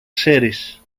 ξέρεις